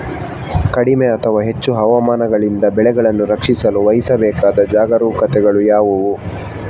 ಕಡಿಮೆ ಅಥವಾ ಹೆಚ್ಚು ಹವಾಮಾನಗಳಿಂದ ಬೆಳೆಗಳನ್ನು ರಕ್ಷಿಸಲು ವಹಿಸಬೇಕಾದ ಜಾಗರೂಕತೆಗಳು ಯಾವುವು?